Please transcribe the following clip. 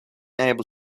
able